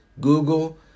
Google